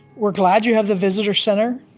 we're glad you have the visitor center.